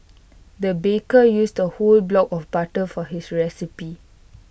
the baker used A whole block of butter for his recipe